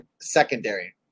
secondary